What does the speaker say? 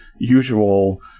usual